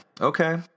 okay